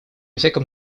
всяком